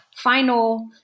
Final